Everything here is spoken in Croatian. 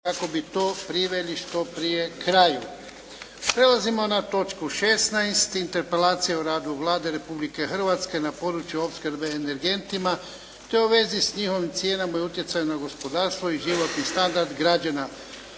za to potrebni uvjeti. **Bebić, Luka (HDZ)** 20. Interpelacija o radu Vlade Republike Hrvatske na području opskrbe energentima te u vezi s njihovim cijenama i utjecajem na gospodarstvo i životni standard građana.